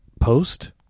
post